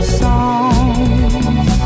songs